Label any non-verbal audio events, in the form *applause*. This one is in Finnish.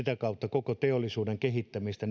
koko teollisuuden kehittämistä *unintelligible*